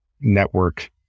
network